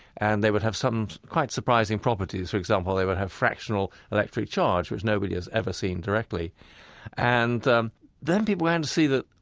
and they would have some quite surprising properties. for example, they would have fractional electric charge, which nobody has ever seen directly and then people began and to see that,